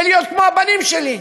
ולהיות כמו הבנים שלי.